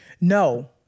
No